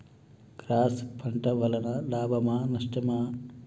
Cross పంట వలన లాభమా నష్టమా?